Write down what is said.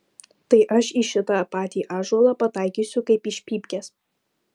tai aš į šitą patį ąžuolą pataikysiu kaip iš pypkės